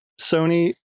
Sony